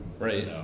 right